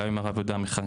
גם עם הרב יהודה עמיחי,